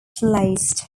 placed